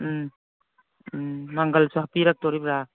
ꯎꯝ ꯎꯝ ꯃꯪꯒꯜꯁꯨ ꯍꯥꯞꯄꯤꯔꯛꯇꯧꯔꯤꯕ꯭ꯔꯥ